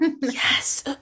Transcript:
Yes